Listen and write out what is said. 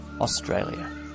Australia